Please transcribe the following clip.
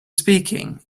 speaking